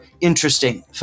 interesting